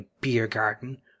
beer-garden